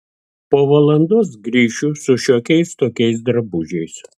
po valandos grįšiu su šiokiais tokiais drabužiais